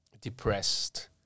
depressed